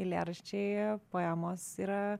eilėraščiai poemos yra